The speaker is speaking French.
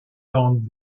dans